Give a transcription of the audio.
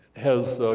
has